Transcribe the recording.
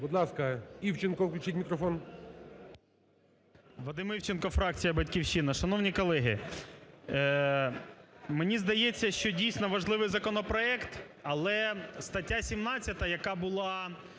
Будь ласка, Івченко включіть мікрофон. 16:45:11 ІВЧЕНКО В.Є. Вадим Івченко, фракція "Батьківщина". Шановні колеги, мені здається, що, дійсно, важливий законопроект, але стаття 17, яка була